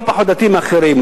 לא פחות דתי מאחרים,